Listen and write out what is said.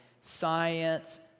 science